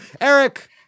Eric